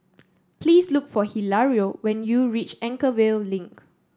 please look for Hilario when you reach Anchorvale Link